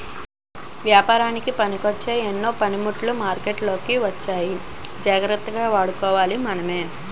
ఏపారానికి పనికొచ్చే ఎన్నో పనిముట్లు మార్కెట్లోకి వచ్చాయి జాగ్రత్తగా వాడుకోవాలి మనమే